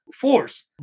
force